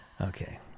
Okay